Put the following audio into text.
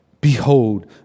Behold